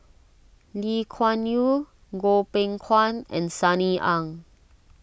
Lee Kuan Yew Goh Beng Kwan and Sunny Ang